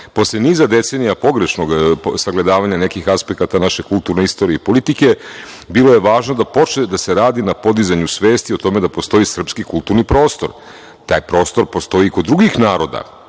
bazi. Posle niza decenija pogrešnog sagledavanja nekih aspekata naše kulturne istorije i politike, bilo je važno da počne da se radi na podizanju svesti o tome da postoji srpski kulturni prostor. Taj prostor postoji i kod drugih naroda,